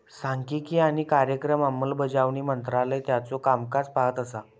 सांख्यिकी आणि कार्यक्रम अंमलबजावणी मंत्रालय त्याचो कामकाज पाहत असा